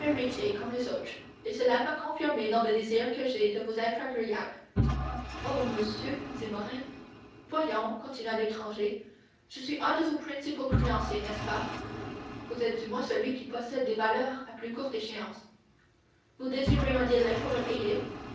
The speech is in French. comme les autres et cela m'a confirmé dans le désir que j'ai de vous être agréable ô monsieur dit morrel voyons continua l'étranger je suis un de vos principaux créanciers n'est-ce pas vous êtes du moins celui qui possède des valeurs à plus courte échéance vous désirez un délai pour me payer